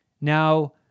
Now